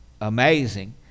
amazing